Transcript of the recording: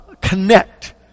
connect